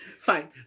Fine